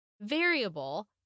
variable